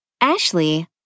Ashley